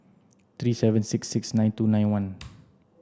three seven six six nine two nine one